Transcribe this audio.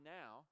now